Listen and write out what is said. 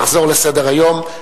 נחזור לסדר-היום.